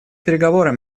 переговорам